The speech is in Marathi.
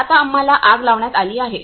तर आता आम्हाला आग लावण्यात आली आहे